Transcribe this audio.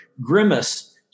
grimace